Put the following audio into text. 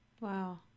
Wow